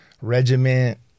regiment